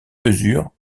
mesure